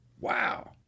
wow